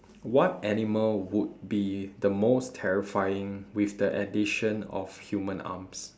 what animal would be the most terrifying with the addition of human arms